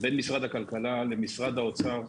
בין משרד הכלכלה למשרד האוצר,